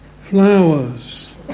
flowers